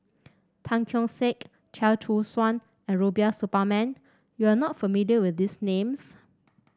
Tan Keong Saik Chia Choo Suan and Rubiah Suparman you are not familiar with these names